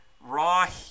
raw